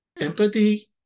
Empathy